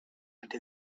into